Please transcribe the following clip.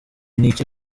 n’iki